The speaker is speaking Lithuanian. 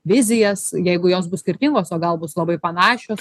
vizijas jeigu jos bus skirtingos o gal bus labai panašios